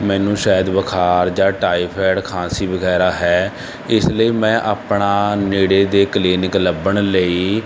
ਮੈਨੂੰ ਸ਼ਾਇਦ ਬੁਖਾਰ ਜਾਂ ਟਾਈਫੈਡ ਖਾਂਸੀ ਵਗੈਰਾ ਹੈ ਇਸ ਲਈ ਮੈਂ ਆਪਣਾ ਨੇੜੇ ਦੇ ਕਲੀਨਿਕ ਲੱਭਣ ਲਈ